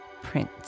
prince